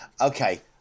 Okay